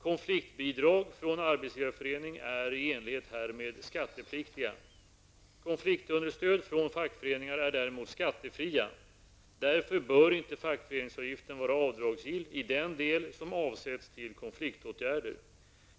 Konfliktbidrag från arbetsgivarförening är i enlighet härmed skattepliktiga. Konfliktunderstöd från fackföreningar är däremot skattefria. Därför bör inte fackföreningsavgiften vara avdragsgill i den del som avsätts till konfliktåtgärder.